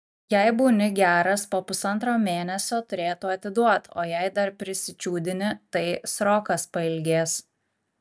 jei būni geras po pusantro mėnesio turėtų atiduot o jei dar prisičiūdini tai srokas pailgės